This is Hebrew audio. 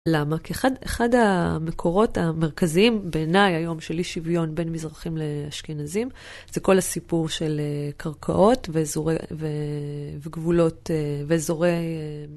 למה? כי אחד המקורות המרכזיים בעיניי היום של אי שוויון בין מזרחים לאשכנזים, זה כל הסיפור של קרקעות וגבולות ואזורי...